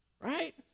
right